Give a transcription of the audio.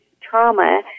trauma